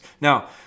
Now